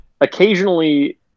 occasionally